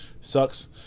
sucks